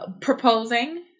proposing